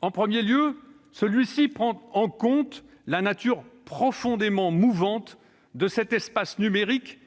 En premier lieu, cette proposition de loi prend en compte la nature profondément mouvante de l'espace numérique